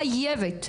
חייבת.